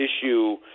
issue